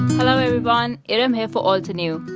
hello everyone erum here for altenew.